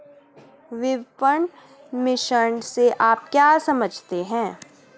विपणन मिश्रण से आप क्या समझते हैं?